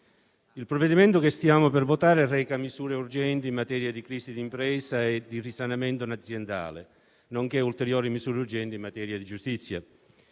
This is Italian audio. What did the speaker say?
il provvedimento che stiamo per votare reca «misure urgenti in materia di crisi d'impresa e di risanamento aziendale, nonché ulteriori misure urgenti in materia di giustizia».